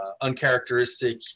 uncharacteristic